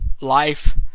life